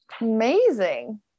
Amazing